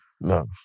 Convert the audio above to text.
No